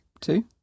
Two